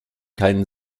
keinen